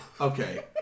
Okay